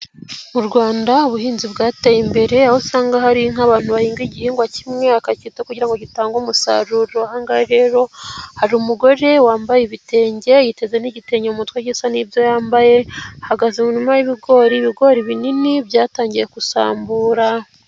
Mu Rwanda ubuhinzi bwateye imbere aho usanga hari nk'abantu bahinga igihingwa kimwe akacyitaho kugira ngo gitange umusaruro, aha ngaha rero hari umugore wambaye ibitenge yiteze n'igitebo mu mutwe gisa n'ibyo yambaye, ahagaze mu murima y'ibigori ibigori binini byatangiye gusambura.